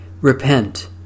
Repent